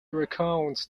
recounts